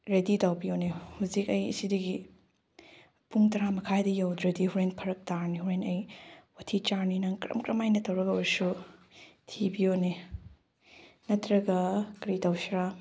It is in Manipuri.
ꯔꯦꯗꯤ ꯇꯧꯕꯤꯎꯅꯦ ꯍꯧꯖꯤꯛ ꯑꯩ ꯁꯤꯗꯒꯤ ꯄꯨꯡ ꯇꯔꯥ ꯃꯈꯥꯏꯗ ꯌꯧꯗ꯭ꯔꯗꯤ ꯍꯣꯔꯦꯟ ꯐꯔꯛ ꯇꯥꯔꯅꯤ ꯍꯣꯔꯦꯟ ꯑꯩ ꯋꯥꯊꯤ ꯆꯥꯔꯅꯤ ꯅꯪ ꯀꯔꯝ ꯀꯔꯝꯍꯥꯏꯅ ꯇꯧꯔꯒ ꯑꯣꯏꯔꯁꯨ ꯊꯤꯕꯤꯌꯣꯅꯦ ꯅꯠꯇ꯭ꯔꯒ ꯀꯔꯤ ꯇꯧꯁꯤꯔꯥ